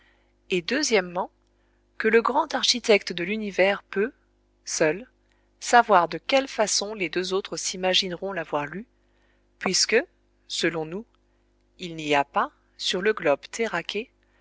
et que le grand architecte de l'univers peut seul savoir de quelle façon les deux autres s'imagineront l'avoir lu puisque selon nous il n'y a pas sur le globe